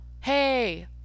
hey